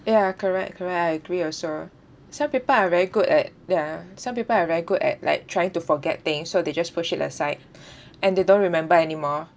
ya correct correct I agree also some people are very good at ya some people are very good at like trying to forget things so they just push it aside and they don't remember anymore